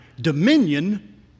dominion